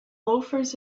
loafers